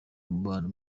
umubano